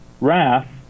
wrath